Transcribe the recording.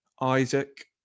Isaac